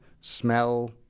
smell